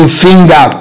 finger